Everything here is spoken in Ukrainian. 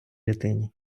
дитині